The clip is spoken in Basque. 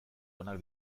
onak